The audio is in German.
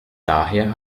daher